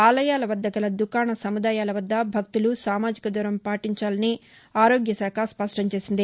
ఆలయాల వద్దగల దుకాణ సముదాయాలవద్ద భక్తులు సామాజిక దూరం పాటించాలని ఆరోగ్యశాఖ స్పష్టంచేసింది